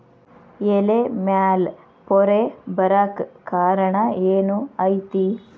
ಎಲೆ ಮ್ಯಾಲ್ ಪೊರೆ ಬರಾಕ್ ಕಾರಣ ಏನು ಐತಿ?